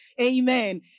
Amen